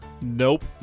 Nope